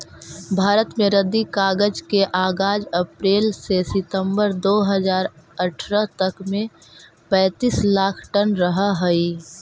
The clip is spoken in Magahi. भारत में रद्दी कागज के आगाज अप्रेल से सितम्बर दो हज़ार अट्ठरह तक में पैंतीस लाख टन रहऽ हई